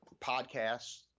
podcasts